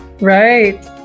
Right